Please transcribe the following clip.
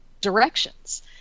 directions